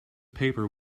paper